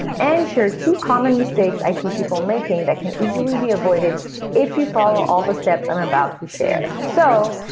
and share two common mistakes i see people making that can easily be avoided if you follow all the steps i'm about to share. so,